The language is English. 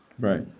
Right